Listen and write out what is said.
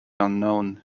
unknown